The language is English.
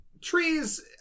Trees